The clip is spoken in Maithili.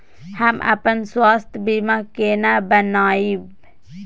हम अपन स्वास्थ बीमा केना बनाबै?